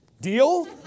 Deal